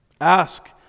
Ask